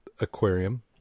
aquarium